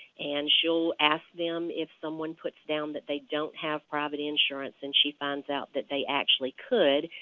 and she will ask them if someone puts down that they don't have private insurance, and she finds out that they actually could,